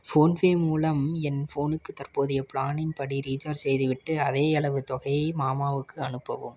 ஃபோன்ஃபே மூலம் என் ஃபோனுக்கு தற்போதைய ப்ளானின் படி ரீசார்ஜ் செய்துவிட்டு அதேயளவு தொகையை மாமாவுக்கு அனுப்பவும்